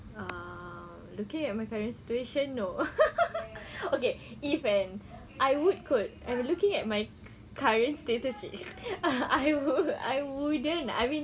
ah looking at my parents' situation no okay if kan I would kot l'm looking at my current status I I would I wouldn't I mean